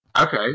Okay